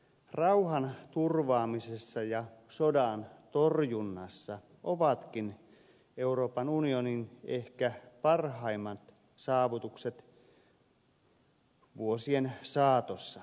rauhan turvaamisessa ja sodan torjunnassa ovatkin euroopan unionin ehkä parhaimmat saavutukset vuosien saatossa